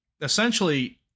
essentially